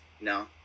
No